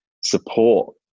support